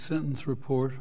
sentence report